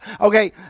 Okay